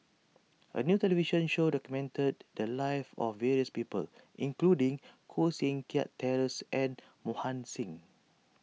a new television show documented the lives of various people including Koh Seng Kiat Terence and Mohan Singh